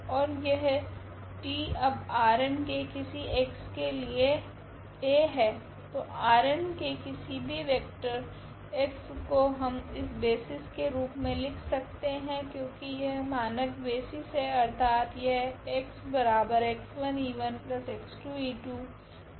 ओर यह T अब Rn के किसी x के लिए a है तो Rn के किसी भी वेक्टर x को हम इस बेसिस के रूप मे लिख सकते है क्योकि यह मानक बेसिस है अर्थात यह होगा